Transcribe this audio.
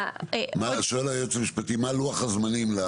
שואל היועץ המשפטי מה לוח הזמנים?